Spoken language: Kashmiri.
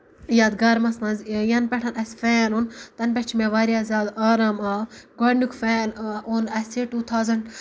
یَتھ گرمَس منٛز یا ینہٕ پٮ۪ٹھ اَسہِ فین اوٚن تَنہٕ پٮ۪ٹھ چھُ مےٚ واریاہ زیادٕ آرام آو گۄڈٕنیُک فین اوٚن اَسہِ ٹوٗ تھوزنڑ